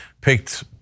picked